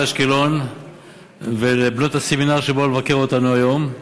אשקלון ולבנות הסמינר שבאו לבקר אותנו היום.